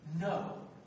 No